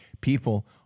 people